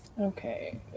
Okay